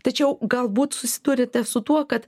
tačiau galbūt susiduriate su tuo kad